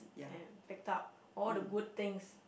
and pack up all the good things